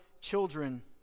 children